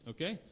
Okay